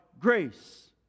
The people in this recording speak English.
grace